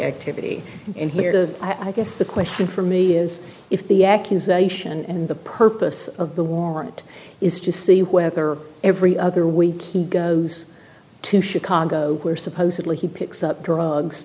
activity in here to i guess the question for me is if the accusation and the purpose of the warrant is to see whether every other week he goes to chicago where supposedly he picks up drugs